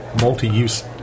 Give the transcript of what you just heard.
multi-use